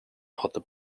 ochotę